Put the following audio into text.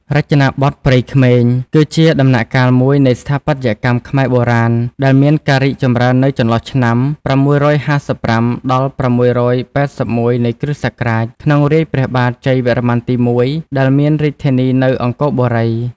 រចនាបថព្រៃក្មេង គឺជាដំណាក់កាលមួយនៃស្ថាបត្យកម្មខ្មែរបុរាណ ដែលមានការរីកចម្រើននៅចន្លោះឆ្នាំ ៦៥៥ ដល់ ៦៨១ នៃគ្រិស្តសករាជ ក្នុងរាជ្យព្រះបាទជ័យវរ្ម័នទី១ ដែលមានរាជធានីនៅអង្គរបុរី។